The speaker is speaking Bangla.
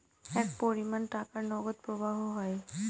এক পরিমান টাকার নগদ প্রবাহ হয়